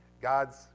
God's